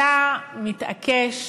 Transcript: אתה מתעקש